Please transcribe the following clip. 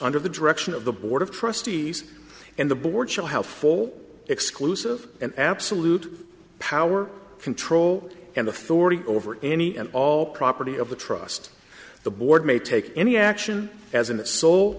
under the direction of the board of trustees and the board shall haue full exclusive and absolute power control and authority over any and all property of the trust the board may take any action as in